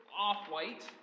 off-white